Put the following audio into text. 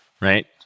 Right